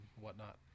whatnot